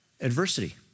adversity